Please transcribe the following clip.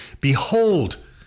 behold